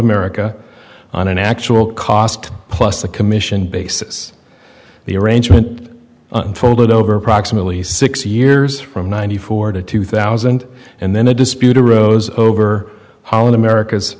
america on an actual cost plus the commission basis the arrangement unfolded over approximately six years from ninety four to two thousand and then the dispute arose over holland america's